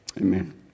amen